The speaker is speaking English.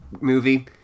movie